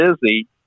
busy